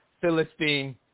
Philistine